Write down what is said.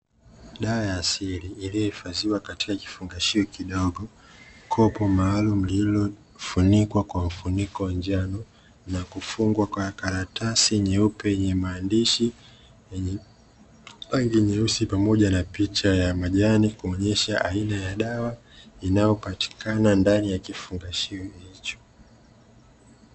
Dawa ya asili iliyo hifadhiwa katika kifungashio kidogo, kopo maalumu lililofunikwa kwa mfuniko wa njano na kufungwa kwa karatasi nyeupe yenye maandishi yenye rangi nyeusi pamoja na picha ya majani kuonyesha aina ya dawa inayopatikana ndani ya kifungashio hicho.